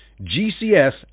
GCS